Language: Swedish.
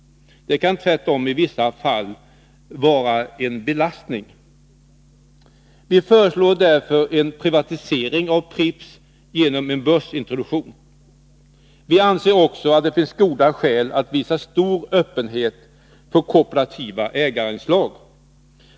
Det kan tvärtom i vissa fall vara en belastning. Vi föreslår därför en privatisering av Pripps genom en börsintroduktion. Vi anser också att det finns goda skäl att visa stor öppenhet för kooperativa ägarinslag.